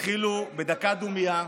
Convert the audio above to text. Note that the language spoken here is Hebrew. התחילו בדקה דומייה,